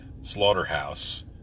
slaughterhouse